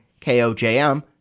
KOJM